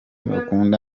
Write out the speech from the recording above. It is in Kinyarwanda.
bakunda